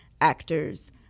actors